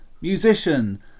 musician